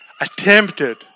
attempted